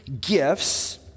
gifts